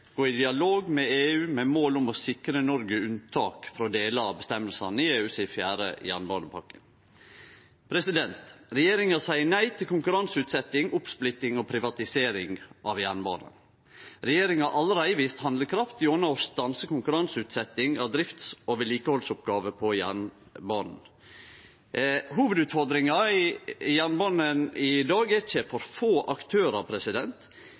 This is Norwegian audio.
gå i dialog med EU med mål om å sikre Noreg unntak frå delar av føresegnene i EUs fjerde jernbanepakke. Regjeringa seier nei til konkurranseutsetjing, oppsplitting og privatisering av jernbana. Regjeringa har allereie vist handlekraft gjennom å stanse konkurranseutsetjing av drifts- og vedlikehaldsoppgåver på jernbana. Hovudutfordringa til jernbana i dag er ikkje for få aktørar,